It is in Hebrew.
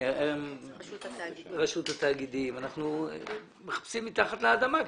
רשות התאגידים, ואנחנו מחפשים מתחת לאדמה.